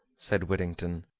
said whittington,